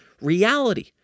reality